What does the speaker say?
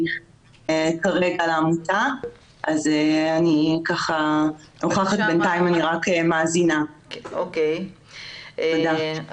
אני חושב שאפשר ללבן את העניינים בהמשך, אבל